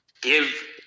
give